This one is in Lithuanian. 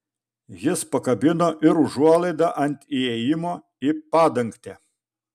jis pakabino ir užuolaidą ant įėjimo į padangtę